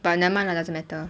but never mind lah doesn't matter